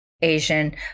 Asian